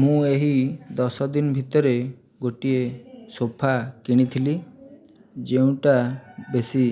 ମୁଁ ଏହି ଦଶ ଦିନ ଭିତରେ ଗୋଟିଏ ସୋଫା କିଣିଥିଲି ଯେଉଁଟା ବେଶୀ